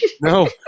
No